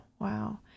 Wow